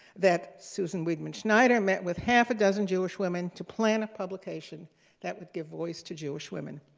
that susan weidman schneider met with half a dozen jewish women to plan a publication that would give voice to jewish women.